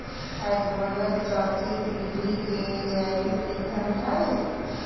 hydrogen चउथी पीढ़ी के जैविक ईंधन हई